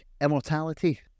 immortality